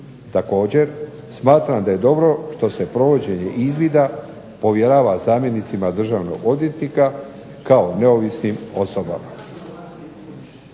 Također, smatram da je dobro što se provođenje izvida povjerava zamjenicima državnog odvjetnika kao neovisnim osobama.